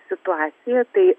situaciją tai